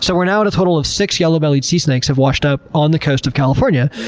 so we're now at a total of six yellow-bellied sea snakes have washed up on the coast of california.